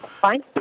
fine